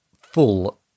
full